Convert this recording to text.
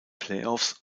playoffs